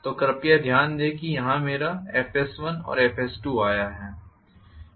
तो कृपया ध्यान दें कि यहाँ मेरा FS1और FS2आया है